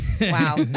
Wow